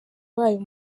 wayo